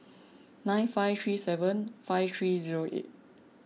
nine five three seven five three zero eight